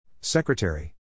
Secretary